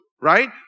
right